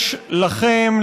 יש לכם,